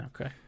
Okay